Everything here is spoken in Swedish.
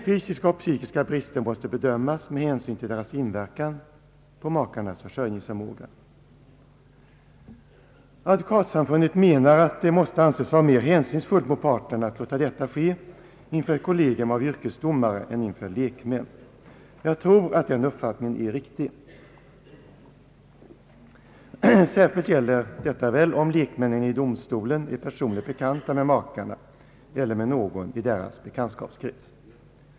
Fysiska och psykiska brister måste bedömas med hänsyn till deras inverkan på makarnas försörjningsförmåga. Advokatsamfundet menar att det måste anses vara mer hänsynsfullt mot parterna att låta detta ske inför ett kollegium av yrkesdomare än inför lekmän. Jag tror att denna uppfattning är riktig. Särskilt gäller detta väl om lekmännen vid en domstol är personligen bekanta med makarna eller någon i deras bekantskapskrets.